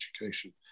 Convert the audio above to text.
education